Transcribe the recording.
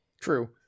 True